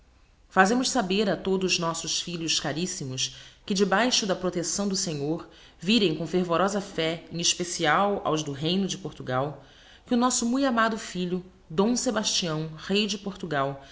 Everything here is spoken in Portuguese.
fazemos saber a todos nossos filhos carissimos que debaixo da protecção do senhor virem com fervorosa fé em especial aos do reino de portugal que o nosso mui amado filho d sebastião rey de portugal